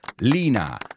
Lina